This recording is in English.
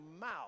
mouth